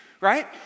right